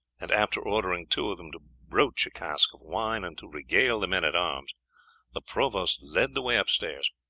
and after ordering two of them to broach a cask of wine and to regale the men-at-arms, the provost led the way upstairs.